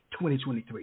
2023